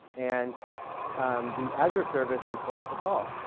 and the azure service records the call.